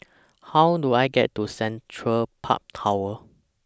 How Do I get to Central Park Tower